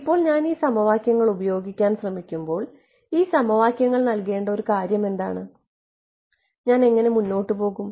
ഇപ്പോൾ ഞാൻ ഈ സമവാക്യങ്ങൾ ഉപയോഗിക്കാൻ ശ്രമിക്കുമ്പോൾ ഈ സമവാക്യങ്ങൾ നൽകേണ്ട ഒരു കാര്യം എന്താണ് ഞാൻ എങ്ങനെ മുന്നോട്ട് പോകും